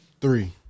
Three